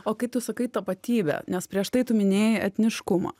o kaip tu sakai tapatybė nes prieš tu minėjai etniškumą